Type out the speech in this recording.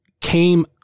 came